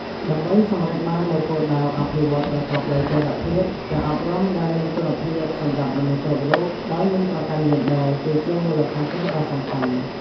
ដើម្បីសម្រេចបាននូវគោលដៅអភិវឌ្ឍន៍ប្រកបដោយចីរភាព ការអប់រំដែលមានគុណភាពសម្រាប់មនុស្សគ្រប់រូបដោយមិនប្រកាន់យេនឌ័រ គឺជាមូលដ្ឋានគ្រឹះដ៏សំខាន់។